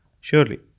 Surely